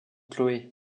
chloé